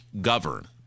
govern